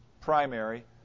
primary